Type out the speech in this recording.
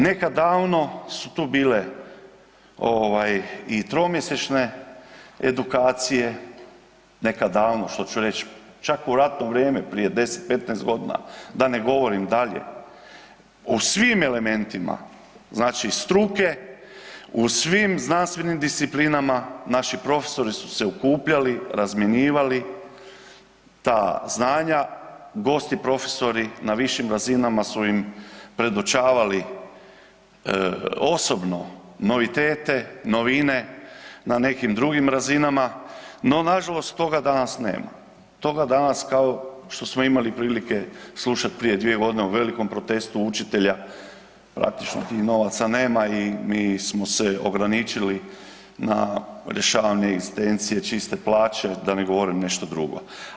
Nekad davno su tu bile i tromjesečne edukacije, nekad davno što ću reć čak u ratno vrijeme prije 10, 15 godina da ne govorim dalje, o svim elementima struke u svim znanstvenim disciplinama naši profesori su se okupljali, razmjenjivali ta znanja, gosti profesori na višim razinama su im predočavali osobno novitete, novine na nekim drugim razinama, no nažalost toga danas nema, toga danas kao što smo imali prilike slušati prije dvije godine u velimo protestu učitelja praktično tih novaca nema i mi smo se ograničili na rješavanje … čiste plaće, da ne govorim nešto drugo.